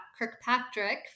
Kirkpatrick